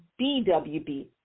BWB